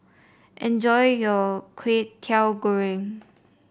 enjoy your Kwetiau Goreng